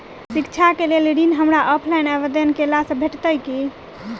शिक्षा केँ लेल ऋण, हमरा ऑफलाइन आवेदन कैला सँ भेटतय की?